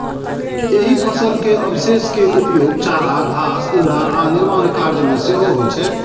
एहि फसल के अवशेष के उपयोग चारा, घास, ईंधन आ निर्माण कार्य मे सेहो होइ छै